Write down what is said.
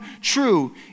true